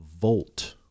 Volt